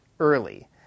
early